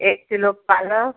एक किलो पालक